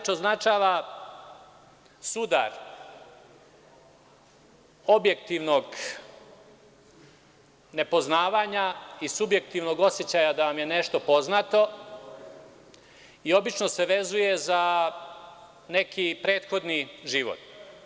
Ta reč označava sudar objektivnog nepoznavanja i subjektivnog osećaja da vam je nešto poznato i obično se vezuje za neki prethodni život.